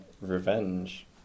Revenge